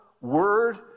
word